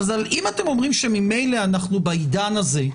אם אתם אומרים שממילא אנחנו בעידן הזה,